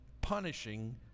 punishing